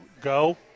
go